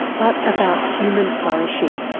but about human flourishing.